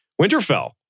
Winterfell